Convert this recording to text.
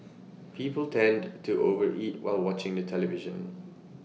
people tend to over eat while watching the television